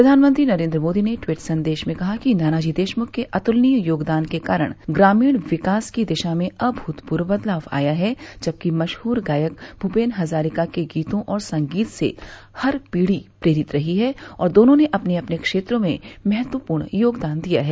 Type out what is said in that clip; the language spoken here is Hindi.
प्रधानमंत्री नरेन्द्र मोदी ने ट्वीट संदेश में कहा कि नानाजी देशमुख के अतुलनीय योगदान के कारण ग्रमीण विकास की दिशा में अभूतपूर्व बदलाव आया है जबकि मशहूर गायक भूपेन हजारिका के गीतों और संगीत से हर पीढ़ी प्रेरित रही है और दोनों ने अपने अपने क्षेत्रों में महत्वपूर्ण योगदान दिया है